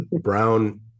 brown